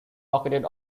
located